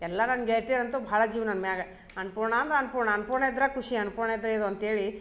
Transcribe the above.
ಎಲ್ಲ ನನ್ನ ಗೆಳತಿಯರು ಅಂತು ಭಾಳ ಜೀವ ನನ್ನ ಮ್ಯಾಗ ಅನ್ನಪೂರ್ಣ ಅಂದ್ರ ಅನ್ನಪೂರ್ಣ ಅನ್ನಪೂರ್ಣ ಇದ್ರ ಖುಷಿ ಅ ಇದ್ದರೆ ಇದು ಅಂತೇಳಿ